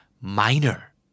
minor